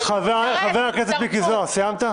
--- חבר הכנסת מיקי זוהר, אתה סיימת?